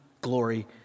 glory